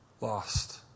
lost